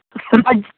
sir आज